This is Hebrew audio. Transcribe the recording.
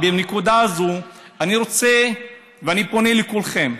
בנקודה הזאת אני רוצה, ואני פונה לכולכם: